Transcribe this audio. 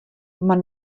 mar